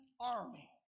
army